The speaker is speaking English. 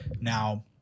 Now